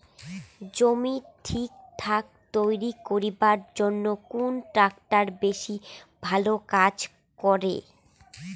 জমি ঠিকঠাক তৈরি করিবার জইন্যে কুন ট্রাক্টর বেশি ভালো কাজ করে?